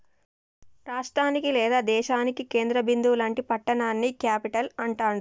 రాష్టానికి లేదా దేశానికి కేంద్ర బిందువు లాంటి పట్టణాన్ని క్యేపిటల్ అంటాండ్రు